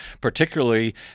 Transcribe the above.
particularly